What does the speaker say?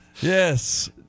Yes